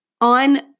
on